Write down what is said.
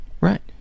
Right